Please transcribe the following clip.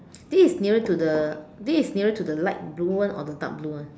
this is nearer to the this is nearer to the light blue one or the dark blue one